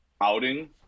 outing